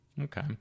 Okay